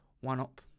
one-up